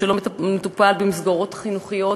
שלא מטופל במסגרות חינוכיות,